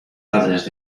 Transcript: padres